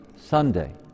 Sunday